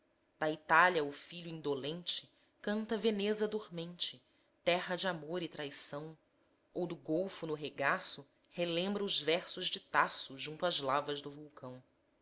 da itália o filho indolente canta veneza dormente terra de amor e traição ou do golfo no regaço relembra os versos de tasso junto às lavas do vulcão